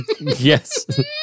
yes